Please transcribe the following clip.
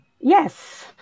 Yes